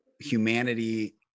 humanity